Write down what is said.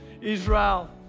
Israel